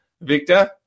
Victor